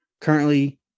Currently